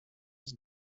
its